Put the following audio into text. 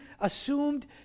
assumed